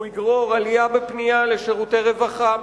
כי הוא יגרור עלייה בפנייה לשירותי רווחה,